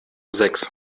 sechs